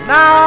Now